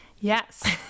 Yes